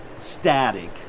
static